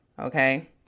Okay